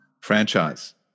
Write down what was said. franchise